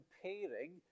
comparing